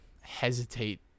hesitate